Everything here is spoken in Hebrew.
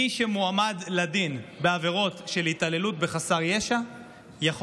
מי שמועמד לדין בעבירות של התעללות בחסר ישע יכול